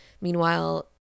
meanwhile